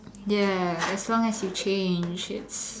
ya as long as you change it's